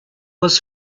was